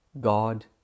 God